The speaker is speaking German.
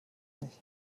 nicht